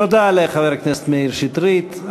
תודה לחבר הכנסת מאיר שטרית.